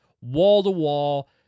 wall-to-wall